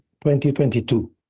2022